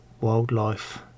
wildlife